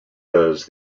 does